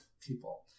people